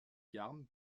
carmes